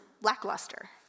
lackluster